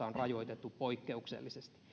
on rajoitettu poikkeuksellisesti